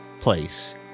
place